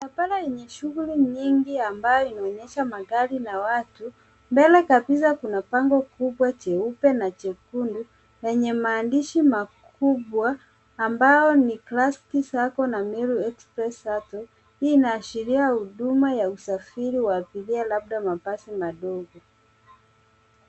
Barabara yenye shuguli nyingi ambayo inaonyesha magari na watu. Mbele kabisa kuna bango kubwa jeupe na jekundu lenye maandishi makubwa ambayo ni classic sacco na Meru Express Shuttle . Hii inaashiria huduma ya usafiri wa abiria labda mabasi madogo.